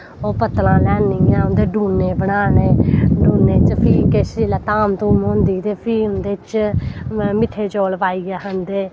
ओह् पत्तलां लेआनियैं उंदे डूनें बनाने डूनें च फ्ही किश जिसलै धाम धूंम होंदी ते फ्ही उंदे च मिट्ठे चौल पाइयै खंदे